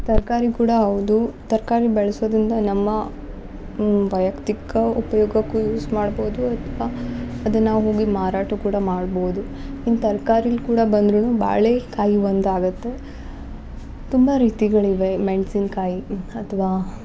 ತರಕಾರಿ ಕೂಡ ಹೌದು ತರಕಾರಿ ಬೆಳ್ಸೋದರಿಂದ ನಮ್ಮ ವೈಯಕ್ತಿಕ ಉಪಯೋಗಕ್ಕೂ ಯೂಸ್ ಮಾಡ್ಬೋದು ಅಥ್ವಾ ಅದು ನಾವು ಹೋಗಿ ಮಾರಾಟ ಕೂಡ ಮಾಡ್ಬೋದು ಇನ್ನ ತರ್ಕಾರಿಲಿ ಕೂಡ ಬಂದರೂನು ಬಾಳೇಕಾಯಿ ಒಂದು ಆಗತ್ತೆ ತುಂಬಾ ರೀತಿಗಳು ಇವೆ ಮೆಣ್ಸಿನಕಾಯಿ ಅಥ್ವಾ